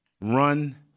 run